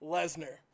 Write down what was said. Lesnar